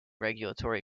regulatory